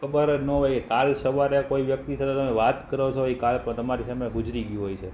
ખબર જ ન હોય કાલે સવારે કોઈ વ્યક્તિ સાથે તમે વાત કરો છો એ કાલ તમારી સામે ગુજરી ગયું હોય છે